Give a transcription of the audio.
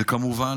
וכמובן,